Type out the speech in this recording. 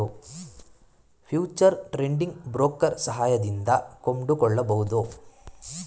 future trading broker ಸಹಾಯದಿಂದ ಕೊಂಡುಕೊಳ್ಳಬಹುದು